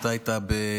אתה היית במטכ"ל,